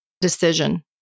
decision